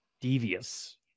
devious